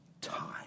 time